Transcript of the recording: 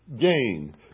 Gain